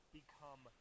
become